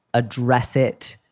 address it,